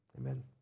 Amen